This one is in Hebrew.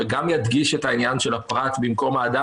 וגם ידגיש את העניין של הפרט במקום האדם